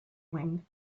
wing